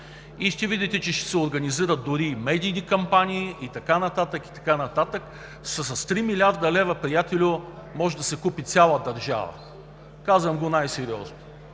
Ще видите, че ще се организират дори и медийни кампании и така нататък, и така нататък. С три милиарда лева, приятелю, може да се купи цяла държава. Казвам го най-сериозно!